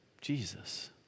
Jesus